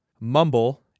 Mumble